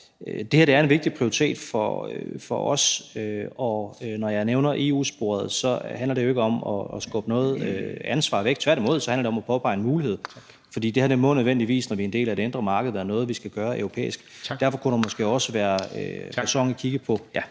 det her er en vigtig prioritet for os. Og når jeg nævner EU-sporet, handler det jo ikke om skubbe noget ansvar væk, tværtimod, så handler det om at påpege en mulighed, fordi det her må nødvendigvis, når vi er en del af det indre marked, være noget, vi skal gøre europæisk. Derfor kunne der måske også være ræson i at kigge på